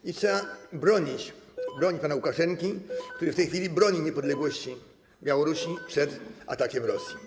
I trzeba bronić pana Łukaszenki, który w tej chwili broni niepodległości Białorusi przed atakiem Rosji.